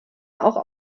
auch